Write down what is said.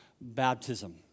baptism